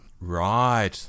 Right